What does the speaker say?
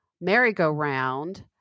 merry-go-round